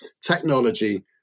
technology